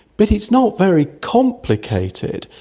but it's not very complicated.